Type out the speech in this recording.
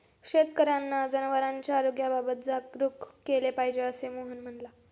शेतकर्यांना जनावरांच्या आरोग्याबाबत जागरूक केले पाहिजे, असे मोहन म्हणाला